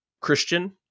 Christian